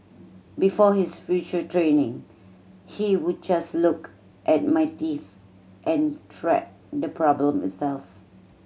before his further training he would just look at my teeth and treat the problem itself